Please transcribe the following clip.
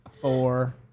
four